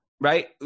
right